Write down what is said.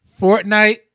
Fortnite